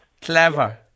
clever